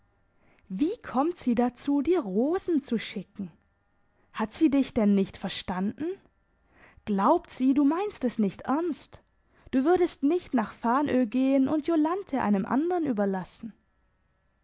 wie kommt sie dazu dir rosen zu schicken hat sie dich denn nicht verstanden glaubt sie du meinst es nicht ernst du würdest nicht nach fanö gehen und jolanthe einem andern überlassen